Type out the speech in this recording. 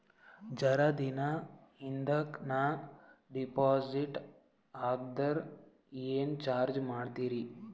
ಜರ ದಿನ ಹಿಂದಕ ನಾ ಡಿಪಾಜಿಟ್ ತಗದ್ರ ಏನ ಚಾರ್ಜ ಮಾಡ್ತೀರಿ?